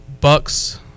Bucks